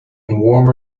warmer